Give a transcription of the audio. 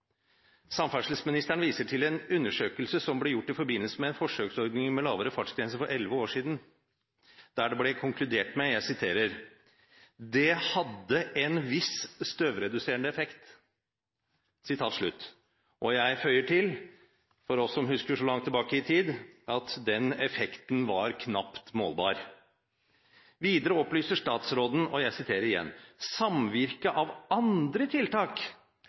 Samferdselsministeren viser til en undersøkelse som ble gjort i forbindelse med en forsøksordning med lavere fartsgrense for 11 år siden, der det ble konkludert med at «det hadde en viss støvreduserende effekt». Og jeg føyer til, for oss som husker så langt tilbake i tid, at den effekten var knapt målbar. Videre opplyser statsråden at «samvirke av andre tiltak og